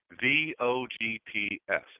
V-O-G-P-S